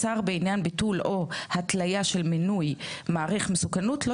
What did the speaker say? (ה)החלטת השר בעניין ביטול או התליה של מינוי מעריך מסוכנות לא